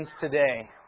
today